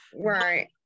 Right